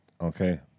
Okay